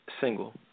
single